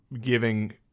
giving